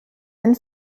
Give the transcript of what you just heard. den